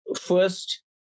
first